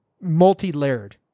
multi-layered